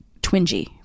twingy